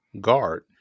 guard